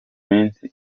minsi